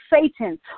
Satan